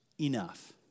enough